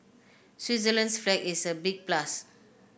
Switzerland's flag is a big plus